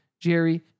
Jerry